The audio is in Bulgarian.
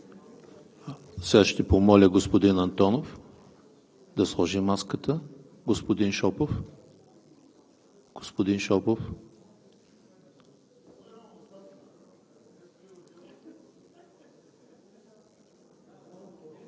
Благодаря Ви, господин Бойчев. Сега ще помоля господин Антонов да сложи маската. Господин Шопов! Госпожо